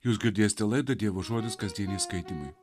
jūs girdėsite laidą dievo žodis kasdieniai skaitymai